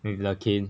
with the cane